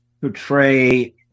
portray